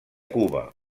cuba